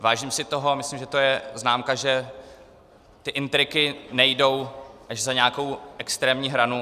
Vážím si toho a myslím, že to je známka, že ty intriky nejdou až za nějakou extrémní hranu.